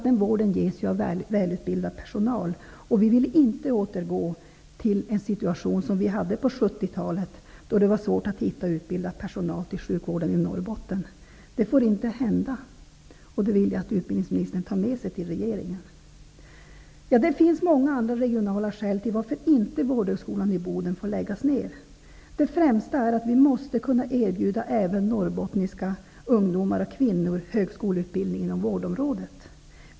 Den vården ges ju av välutbildad personal, och vi vill inte återgå till den situation som vi hade på 70-talet, då det var svårt att få utbildad personal till sjukvården i Norrbotten. Det får inte hända. Jag vill att utbildningsministern tar med sig detta till regeringen. Det finns många andra regionala skäl till varför Vårdhögskolan i Boden inte får läggas ner. Det främsta skälet är att även norrbottniska ungdomar och kvinnor måste kunna erbjudas högskoleutbildning inom vårdområdet.